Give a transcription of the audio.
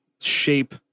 shape